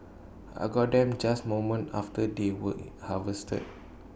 I got them just moments after they were IT harvested